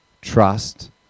Trust